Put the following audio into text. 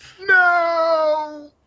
No